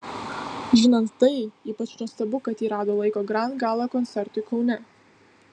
žinant tai ypač nuostabu kad ji rado laiko grand gala koncertui kaune